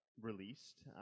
released